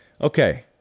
Okay